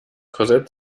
korsett